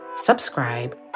subscribe